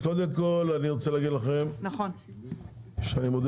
קודם כל אני רוצה להגיד לכם שאני מודה